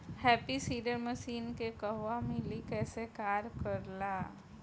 Happy Seeder machine के कहवा मिली कैसे कार कर ला?